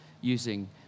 using